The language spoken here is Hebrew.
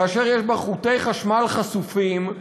כאשר יש בה חוטי חשמל חשופים,